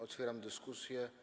Otwieram dyskusję.